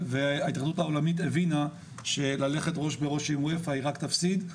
וההתאחדות העולמית הבינה שללכת ראש בראש עם אופ"א היא רק תפסיד,